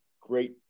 great